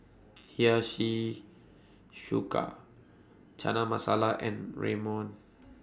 Hiyashi Chuka Chana Masala and Ramyeon